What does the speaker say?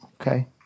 Okay